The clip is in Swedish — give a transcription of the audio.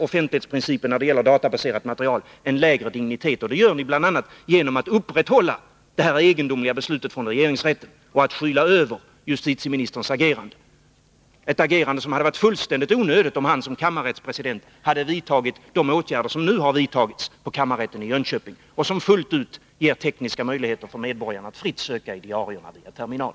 offentlighetsprincipen när det gäller databaserat material en lägre dignitet, bl.a. genom att upprätthålla det egendomliga beslutet från regeringsrätten och skyla över justitieministerns agerande — ett agerande som hade varit fullständigt onödigt om han som kammarrättspresident hade vidtagit de åtgärder som nu vidtagits på kammarrätten i Jönköping och som fullt ut ger medborgarna tekniska möjligheter att fritt söka i diarierna via terminal.